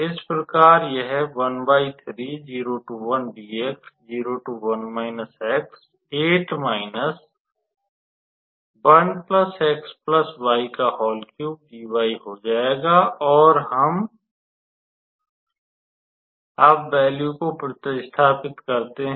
इस प्रकार यह हो जाएगा और अब हम वैल्यू को प्रतिस्थापित करते हैं